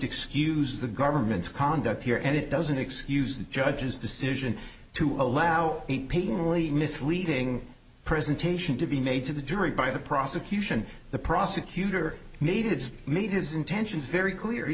excuse the government's conduct here and it doesn't excuse the judge's decision to allow painterly misleading presentation to be made to the jury by the prosecution the prosecutor made his made his intentions very clear he